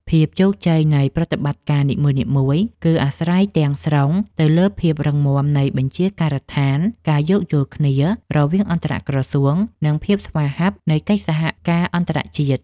ភាពជោគជ័យនៃប្រតិបត្តិការនីមួយៗគឺអាស្រ័យទាំងស្រុងទៅលើភាពរឹងមាំនៃបញ្ជាការដ្ឋាន ការយោគយល់គ្នារវាងអន្តរក្រសួង និងភាពស្វាហាប់នៃកិច្ចសហការអន្តរជាតិ។